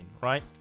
right